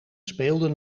speelden